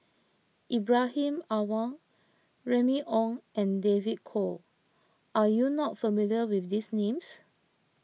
Ibrahim Awang Remy Ong and David Kwo are you not familiar with these names